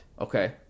Okay